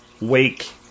wake